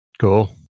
Cool